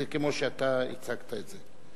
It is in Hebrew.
זה כמו שהצגת את זה.